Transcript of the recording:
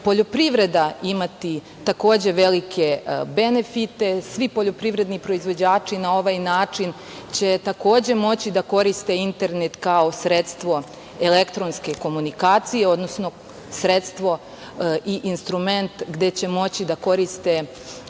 poljoprivreda imati takođe velike benefite. Svi poljoprivredni proizvođači na ovaj način će takođe moći da koriste internet kao sredstvo elektronske komunikacije, odnosno sredstvo i instrument gde će moći da koriste